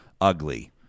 ugly